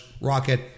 Rocket